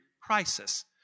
crisis